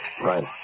Right